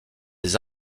des